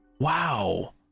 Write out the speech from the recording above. Wow